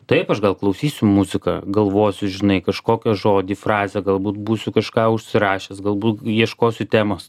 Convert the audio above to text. taip aš gal klausysiu muziką galvosiu žinai kažkokią žodį frazę galbūt būsiu kažką užsirašęs galbūt ieškosiu temos